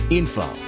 info